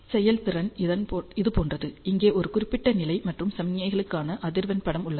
செயல்திறன் இது போன்றது இங்கே ஒரு குறிப்பிட்ட நிலை மற்றும் சமிக்ஞைகளுக்கான அதிர்வெண் படம் உள்ளது